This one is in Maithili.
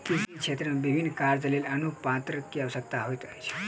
कृषि क्षेत्र मे विभिन्न कार्यक लेल अनुज्ञापत्र के आवश्यकता होइत अछि